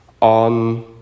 On